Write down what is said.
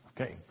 Okay